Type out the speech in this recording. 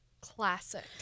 classic